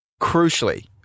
Crucially